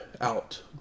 out